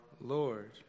Lord